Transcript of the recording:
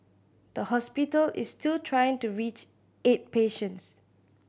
the hospital is still trying to reach eight patients